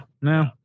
No